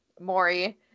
Maury